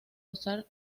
usar